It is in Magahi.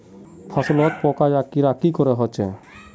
फसलोत पोका या कीड़ा की करे होचे?